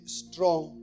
strong